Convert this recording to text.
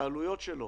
שהעלויות שלו